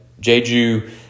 Jeju